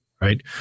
right